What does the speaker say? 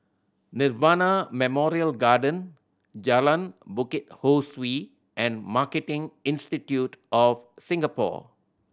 Nirvana Memorial Garden Jalan Bukit Ho Swee and Marketing Institute of Singapore